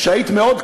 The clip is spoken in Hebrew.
שהיית מאוד קרובה,